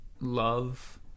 love